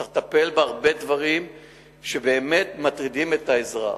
צריך לטפל בהרבה דברים שבאמת מטרידים את האזרח,